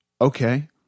Okay